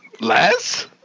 Less